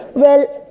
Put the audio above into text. well,